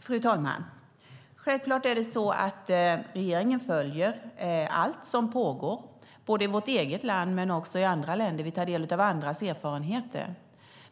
Fru talman! Regeringen följer självfallet allt som pågår både i vårt eget land och i andra länder. Vi tar del av andras erfarenheter.